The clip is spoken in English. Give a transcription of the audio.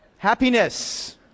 Happiness